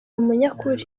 umunyakuri